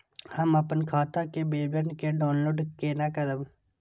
हम अपन खाता के विवरण के डाउनलोड केना करब?